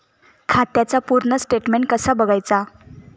खात्याचा पूर्ण स्टेटमेट कसा बगायचा?